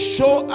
Show